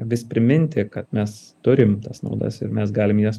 vis priminti kad mes turim tas naudas ir mes galim jas